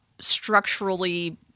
structurally